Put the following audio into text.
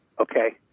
okay